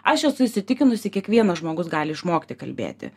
aš esu įsitikinusi kiekvienas žmogus gali išmokti kalbėti